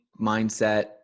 mindset